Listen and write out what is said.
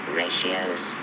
ratios